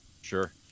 Sure